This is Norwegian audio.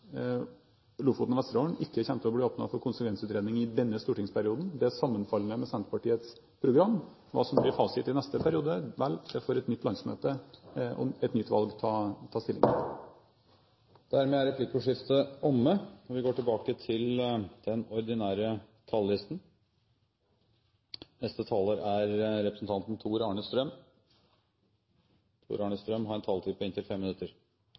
Lofoten og Vesterålen ikke kommer til å bli åpnet for konsekvensutredning i denne stortingsperioden. Det er sammenfallende med Senterpartiets program. Hva som blir fasit i neste periode – vel, det får et nytt landsmøte, og et nytt valg, ta stilling til. Replikkordskiftet er omme.